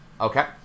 okay